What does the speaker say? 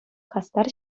хастар